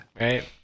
Right